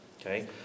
Okay